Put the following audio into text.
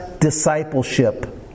discipleship